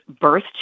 birth